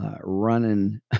running